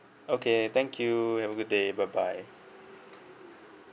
okay thank you have a good day bye bye